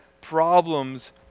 problems